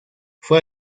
fue